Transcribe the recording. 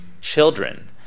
children